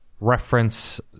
reference